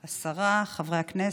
השרה, חברי הכנסת,